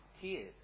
tears